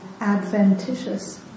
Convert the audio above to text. adventitious